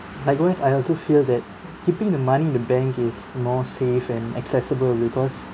likewise I also feel that keeping the money in the bank is more safe and accessible because